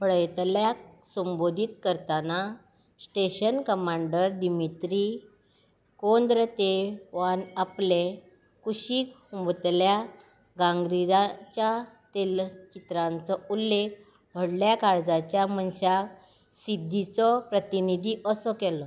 पळयतल्याक संबोधीत करतना station commander Dmitri कोंद्रत्येवान आपले कुशीक हुबतल्या गागारिनाच्या तैलचित्राचो उल्लेख व्हडल्या काळजाच्या मनशाक सिद्धीचो प्रतिनिधी असो केलो